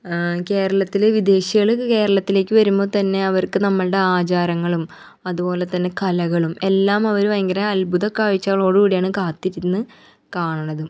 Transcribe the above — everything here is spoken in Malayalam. കേരളത്തിൽ വിദേശികൾ കേരളത്തിലേക്ക് വരുമ്പം തന്നെ അവർക്ക് നമ്മളുടെ ആചാരങ്ങളും അത്പോലെ തന്നെ കലകളും എല്ലാം അവർ ഭയങ്കര അത്ഭുത കാഴ്ചയോട് കൂടിയാണ് കാത്തിരുന്നു കാണണതും